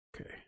Okay